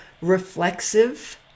reflexive